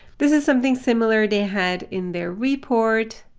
this is something similar they had in their report,